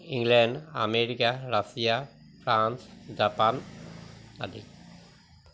England America Russia France Japan আদি